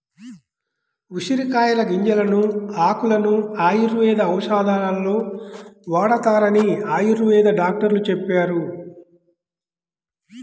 ఉసిరికాయల గింజలను, ఆకులను ఆయుర్వేద ఔషధాలలో వాడతారని ఆయుర్వేద డాక్టరు చెప్పారు